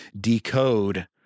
decode